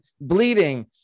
bleeding